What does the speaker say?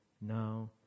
now